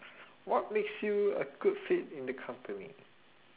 what makes you a good fit in the company